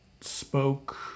spoke